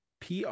PR